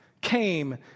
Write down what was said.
came